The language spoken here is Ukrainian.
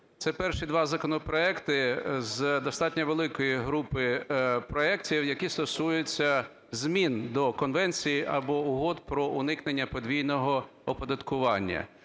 Це перші два законопроекти з достатньо великої групи проектів, які стосуються змін до конвенцій або угод про уникнення подвійного оподаткування.